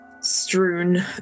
strewn